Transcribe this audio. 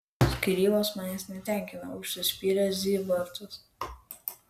skyrybos manęs netenkina užsispyrė zybartas